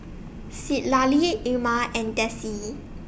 Citlalli Irma and Dessie